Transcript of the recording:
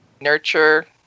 nurture